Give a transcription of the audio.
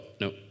no